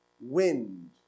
wind